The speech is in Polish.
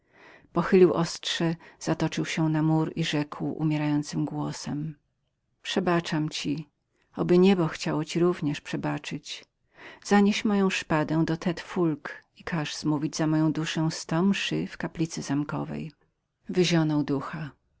pochylił ostrze zatoczył się na mur i rzekł umierającym głosem przebaczam ci oby niebo chciało równie ci przebaczyć zanieś moją szpadę do tte foulque i każ zmówić za moją duszę sto mszy w kaplicy zamkowej wyzionął ducha